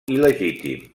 il·legítim